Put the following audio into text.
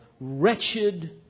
wretched